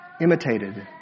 imitated